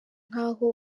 nk’aho